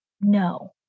No